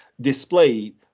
displayed